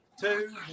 two